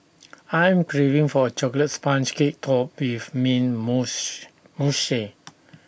I'm craving for A Chocolate Sponge Cake Topped with mint mousse